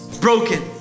Broken